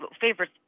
favorite